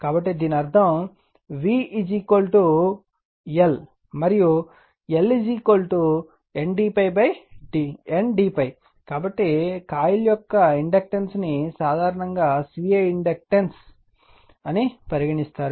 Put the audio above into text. కాబట్టి దీని అర్థం v L మరియు L N d ∅ కాబట్టి కాయిల్ యొక్క ఇండక్టెన్స్ను సాధారణంగా స్వీయ ఇండక్టెన్స్ సెల్ఫ్ఇండక్టెన్స్ అని పరిగణిస్తారు